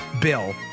bill